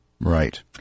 Right